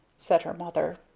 said her mother.